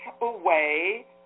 away